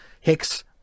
Hicks